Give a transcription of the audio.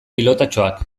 pilotatxoak